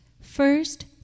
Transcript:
first